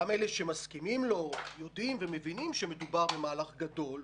גם אלה שמסכימים לו יודעים ומבינים שמדובר במהלך גדול,